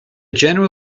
general